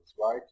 right